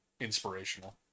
inspirational